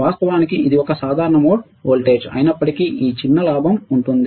వాస్తవానికి ఇది ఒక సాధారణ మోడ్ వోల్టేజ్ అయినప్పటికీ ఒక చిన్న లాభం ఉంటుంది